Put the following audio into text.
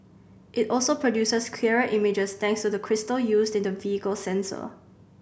it also produces clearer images thanks to the crystal used in the vehicle's sensor